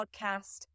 podcast